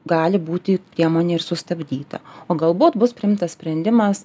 gali būti priemonė ir sustabdyta o galbūt bus priimtas sprendimas